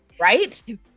Right